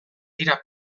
dira